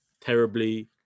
terribly